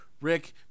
Rick